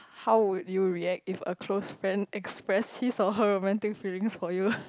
how would you react if a close friend ex friend his or her romantic feelings for you